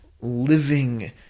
living